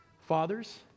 Fathers